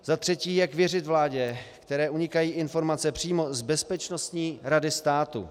Za třetí, jak věřit vládě, které unikají informace přímo z Bezpečnostní rady státu.